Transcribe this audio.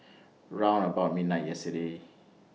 round about midnight yesterday